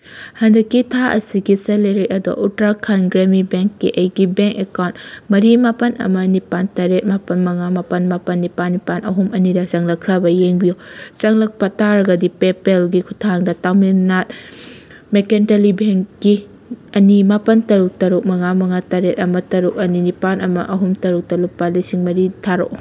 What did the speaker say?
ꯍꯟꯗꯛꯀꯤ ꯊꯥ ꯑꯁꯤꯒꯤ ꯁꯦꯂꯔꯤ ꯑꯗꯣ ꯎꯠꯇ꯭ꯔꯈꯟ ꯒ꯭ꯔꯥꯃꯤꯟ ꯕꯦꯡꯒꯤ ꯑꯩꯒꯤ ꯕꯦꯡ ꯑꯩꯀꯥꯎꯟ ꯃꯔꯤ ꯃꯥꯄꯜ ꯑꯃ ꯅꯤꯄꯥꯜ ꯇꯔꯦꯠ ꯃꯥꯄꯜ ꯃꯉꯥ ꯃꯥꯄꯜ ꯃꯥꯄꯜ ꯅꯤꯄꯥꯜ ꯅꯤꯄꯥꯜ ꯑꯍꯨꯝ ꯑꯅꯤꯗ ꯆꯪꯂꯛꯈ꯭ꯔꯕ ꯌꯦꯡꯕꯤꯌꯨ ꯆꯪꯂꯛꯄ ꯇꯥꯔꯒꯗꯤ ꯄꯦꯄꯦꯜꯒꯤ ꯈꯨꯊꯥꯡꯗ ꯇꯥꯃꯤꯜꯅꯥꯠ ꯃꯦꯀꯦꯟꯇꯂꯤ ꯕꯦꯡꯒꯤ ꯑꯅꯤ ꯃꯥꯄꯜ ꯇꯔꯨꯛ ꯇꯔꯨꯛ ꯃꯉꯥ ꯃꯉꯥ ꯇꯔꯦꯠ ꯑꯃ ꯇꯔꯨꯛ ꯑꯅꯤ ꯅꯤꯄꯥꯜ ꯑꯃ ꯑꯍꯨꯝ ꯇꯔꯨꯛꯇ ꯂꯨꯄꯥ ꯂꯤꯁꯤꯡ ꯃꯔꯤ ꯊꯥꯔꯛꯑꯣ